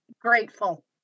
Grateful